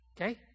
okay